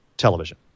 television